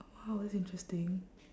!wow! that's interesting